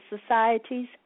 societies